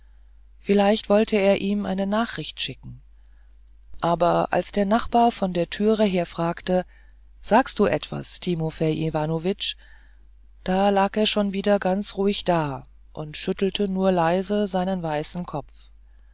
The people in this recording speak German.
vielleicht wollte er ihm eine nachricht schicken aber als der nachbar von der türe her fragte sagst du etwas timofei iwanitsch lag er schon wieder ganz ruhig da und schüttelte nur leise seinen weißen kopf